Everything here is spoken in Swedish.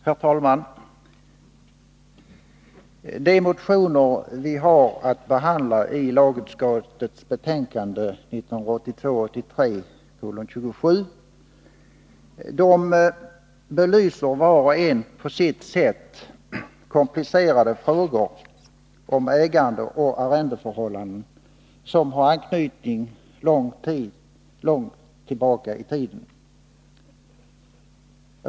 Herr talman! De motioner vi har att behandla i lagutskottets betänkande 1982/83:27 belyser var och en på sitt sätt komplicerade frågor om ägande och arrendeförhållanden, som har anknytning långt tillbaka i tiden.